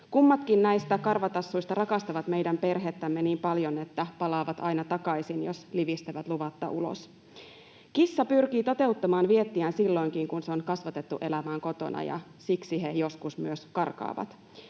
Kummatkin näistä karvatassuista rakastavat meidän perhettämme niin paljon, että palaavat aina takaisin, jos livistävät luvatta ulos. Kissa pyrkii toteuttamaan viettiään silloinkin, kun se on kasvatettu elämään kotona, ja siksi he joskus myös karkaavat.